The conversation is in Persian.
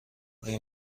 آیا